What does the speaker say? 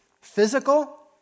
physical